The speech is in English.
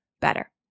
better